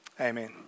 amen